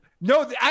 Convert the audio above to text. no